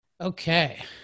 Okay